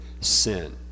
sin